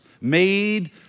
made